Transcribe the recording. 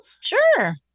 Sure